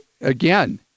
again